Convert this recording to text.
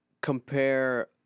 compare